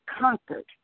conquered